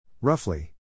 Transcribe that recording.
Roughly